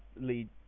lead